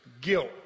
guilt